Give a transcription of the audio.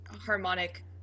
harmonic